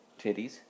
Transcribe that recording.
Titties